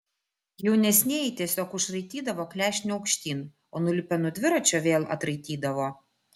jaunesnieji tiesiog užraitydavo klešnę aukštyn o nulipę nuo dviračio vėl atraitydavo